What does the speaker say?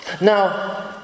Now